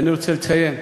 ואני רוצה לציין: